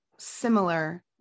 similar